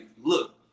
look